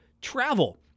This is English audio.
Travel